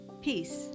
Peace